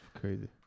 Crazy